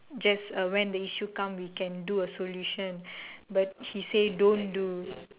just uh when the issue come we can do a solution but he say don't do